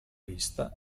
vista